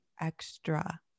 extra